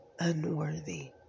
unworthy